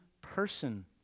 person